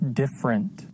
different